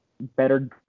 better